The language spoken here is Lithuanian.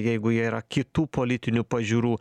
jeigu jie yra kitų politinių pažiūrų